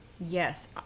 yes